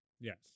Yes